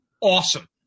awesome